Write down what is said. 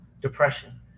depression